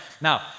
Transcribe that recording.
Now